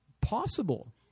possible